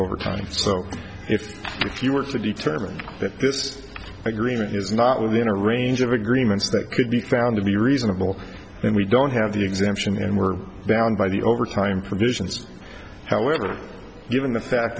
overtime so if if you were to determine that this agreement is not within a range of agreements that could be found to be reasonable then we don't have the exemption and we're bound by the overtime provisions however given the fact